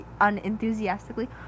unenthusiastically